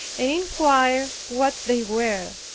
and inquire what they were.